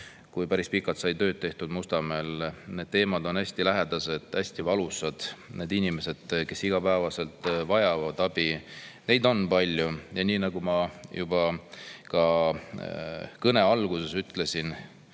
kuna päris pikalt sai tööd tehtud Mustamäel, on need teemad hästi lähedased, hästi valusad. Neid inimesi, kes igapäevaselt vajavad abi, on palju. Nii nagu ma juba ka kõne alguses ütlesin,